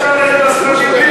אפשר, רגע,